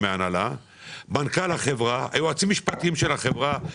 ישב מנכ"ל החברה והיועצים המשפטיים של החברה.